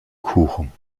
kuchen